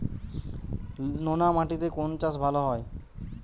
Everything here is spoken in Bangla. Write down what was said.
নোনা মাটিতে কোন চাষ ভালো হয়?